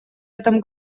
этом